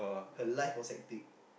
her life was hectic